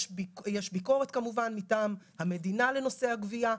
יש ביקורת כמובן מטעם המדינה לנושא הגבייה,